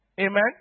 Amen